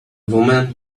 women